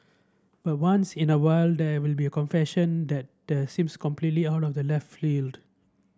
but once in a while there will be a confession that that seems come completely out of left field